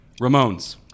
Ramones